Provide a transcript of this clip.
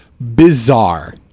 bizarre